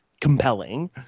compelling